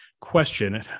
Question